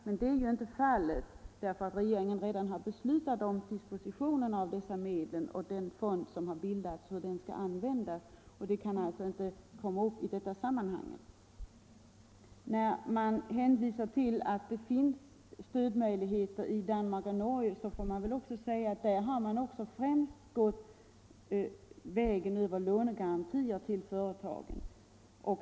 Så är emellertid inte fallet, därför att riksdagen har redan beslutat om dispositionen av dessa medel och om hur den fond som har bildats skall användas. Det kan alltså inte tas upp i detta sammanhang. När motionärerna hänvisar till att det finns stödmöjligheter i Danmark och Norge får vi väl också säga att där har man främst gått vägen över lånegarantier till företagen.